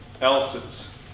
else's